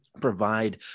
provide